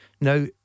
Now